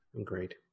Agreed